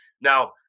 Now